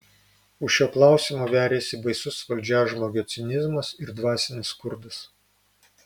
už šio klausimo veriasi baisus valdžiažmogio cinizmas ir dvasinis skurdas